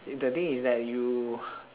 if the thing is that you